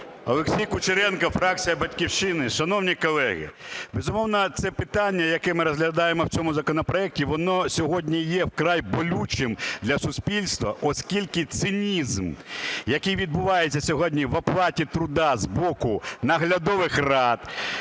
Олексій Кучеренко, фракція "Батьківщина". Шановні колеги, безумовно, це питання, яке ми розглядаємо в цьому законопроекті, воно сьогодні є вкрай болючим для суспільства, оскільки цинізм, який відбувається сьогодні в оплаті труда з боку наглядових рад,